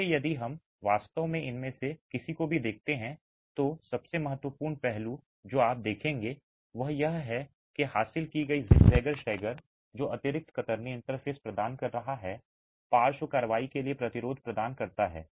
इसलिए यदि हम वास्तव में इनमें से किसी को भी देखते हैं तो सबसे महत्वपूर्ण पहलू जो आप देखेंगे वह यह है कि हासिल की गई ज़िगज़ैग स्टैगर है जो अतिरिक्त कतरनी इंटरफेस प्रदान कर रहा है पार्श्व कार्रवाई के लिए प्रतिरोध प्रदान करता है